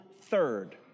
third